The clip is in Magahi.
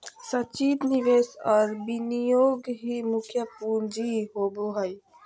संचित निवेश और विनियोग ही मुख्य पूँजी होबो हइ